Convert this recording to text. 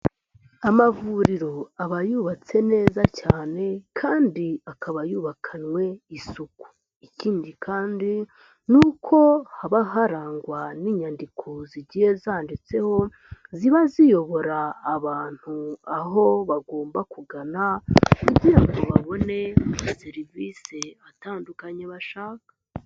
Amavuriro aba yubatse neza cyane kandi akaba yubakanwe isuku, ikindi kandi ni uko haba harangwa n'inyandiko zigiye zanditseho ziba ziyobora abantu aho bagomba kugana, kugira ngo babone serivisi atandukanye bashaka.